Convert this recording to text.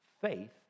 faith